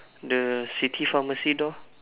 the city pharmacy door